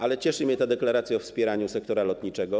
Ale cieszy mnie ta deklaracja o wspieraniu sektora lotniczego.